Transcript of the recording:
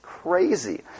Crazy